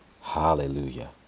Hallelujah